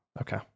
Okay